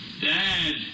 Dad